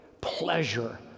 pleasure